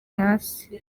hasi